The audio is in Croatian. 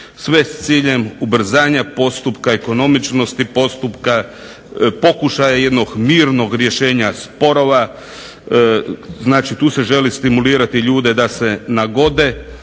sve s ciljem ubrzanja postupka, ekonomičnosti postupka, pokušaja jednog mirnog rješenja sporova. Znači, tu se želi stimulirati ljude da se nagode.